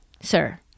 Sir